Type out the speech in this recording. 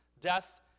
Death